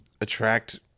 attract